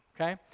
okay